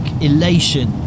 elation